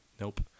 Nope